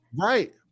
Right